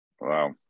wow